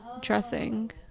dressing